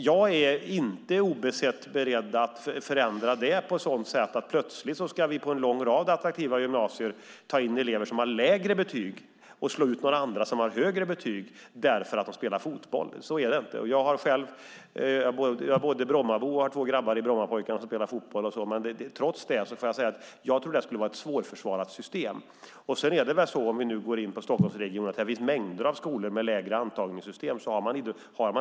Jag är inte utan vidare beredd att ändra detta på ett sådant sätt att vi på en lång rad populära gymnasier ska börja ta in elever som har lägre betyg men spelar fotboll och slå ut andra som har högre betyg. Jag är själv Brommabo och har två grabbar som spelar fotboll i Brommapojkarna. Trots detta får jag säga att jag tror att det skulle vara ett svårförsvarat system. Här i Stockholmsregionen finns mängder av skolor med lägre antagningspoäng.